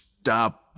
stop